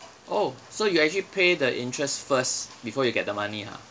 oh so you actually pay the interest first before you get the money ah